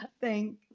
Thank